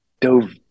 dove